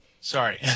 sorry